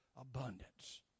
abundance